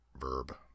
Verb